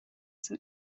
san